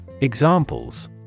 Examples